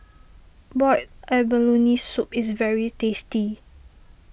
Boiled Abalone Soup is very tasty